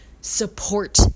Support